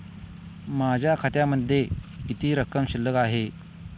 माझ्या खात्यामध्ये किती रक्कम शिल्लक आहे?